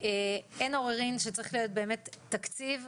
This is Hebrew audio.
אין עוררין שצריך להיות באמת תקציב.